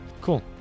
Cool